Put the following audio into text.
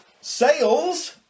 Sales